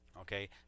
Okay